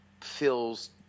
feels